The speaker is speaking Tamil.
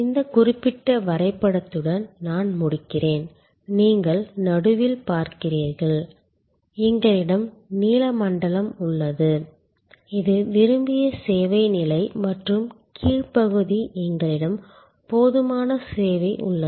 இந்த குறிப்பிட்ட வரைபடத்துடன் நான் முடிக்கிறேன் நீங்கள் நடுவில் பார்க்கிறீர்கள் எங்களிடம் நீல மண்டலம் உள்ளது இது விரும்பிய சேவை நிலை மற்றும் கீழ் பகுதி எங்களிடம் போதுமான சேவை உள்ளது